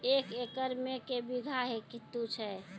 एक एकरऽ मे के बीघा हेतु छै?